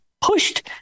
pushed